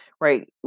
Right